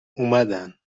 اومدن